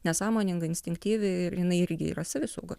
nesąmoninga instinktyvi ir jinai irgi yra savisauga